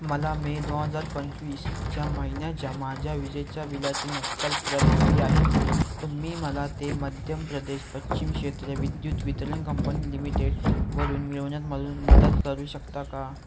मला मे दोन हजार पंचवीसच्या महिन्याच्या माझ्या विजेच्या बिलाची नक्कल प्रत हवी आहे तुम्ही मला ते मध्यम प्रदेश पश्चिम क्षेत्र विद्युत वितरण कंपनी लिमिटेड वरून मिळवण्यात मदत मदत करू शकता का